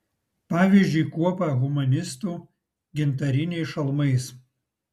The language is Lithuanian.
pavyzdžiui kuopą humanistų gintariniais šalmais